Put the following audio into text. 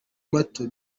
mato